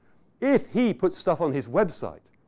if he puts stuff on his website,